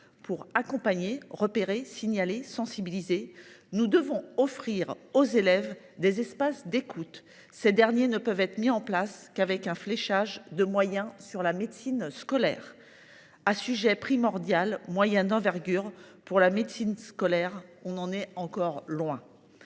pour accompagner, repérer, signaler et sensibiliser, nous devons offrir aux élèves des espaces d’écoute. Ces derniers ne peuvent être mis en place qu’avec un fléchage de moyens sur la médecine scolaire. À sujet primordial, moyens d’envergure, dit on ; pour la médecine scolaire, on en est encore loin,